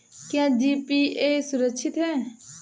क्या जी.पी.ए सुरक्षित है?